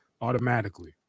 automatically